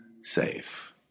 safe